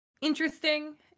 interesting